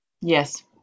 yes